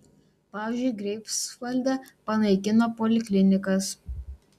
pavyzdžiui greifsvalde panaikino poliklinikas